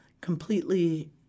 completely